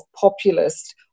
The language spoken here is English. populist